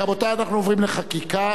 רבותי, אנחנו עוברים לחקיקה,